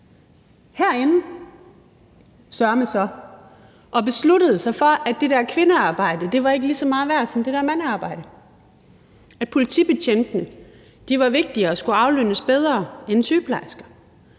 og besluttede sig for, at det der kvindearbejde ikke var lige så meget værd som det der mandearbejde, at politibetjentene var vigtigere og skulle aflønnes bedre end sygeplejerskerne,